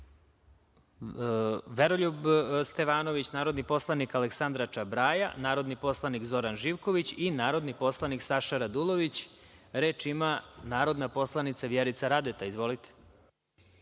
Veroljub Stevanović, narodni poslanik Aleksandra Čabraja, narodni poslanik Zoran Živković i narodni poslanik Saša Radulović. Reč ima Vjerica Radeta. **Vjerica Radeta** Govorim